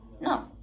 no